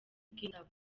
bw’indabo